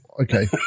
okay